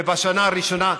ובשנה הראשונה,